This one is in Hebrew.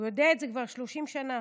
הוא יודע את זה כבר 30 שנה,